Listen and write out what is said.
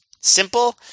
simple